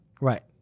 Right